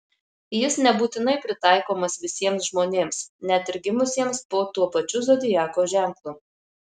jis nebūtinai pritaikomas visiems žmonėms net ir gimusiems po tuo pačiu zodiako ženklu